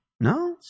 No